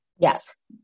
Yes